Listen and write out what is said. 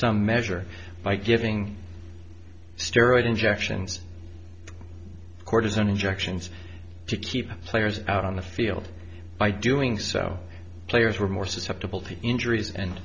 some measure by giving steroid injections cortisone injections to keep players out on the field by doing so players who are more susceptible to injuries and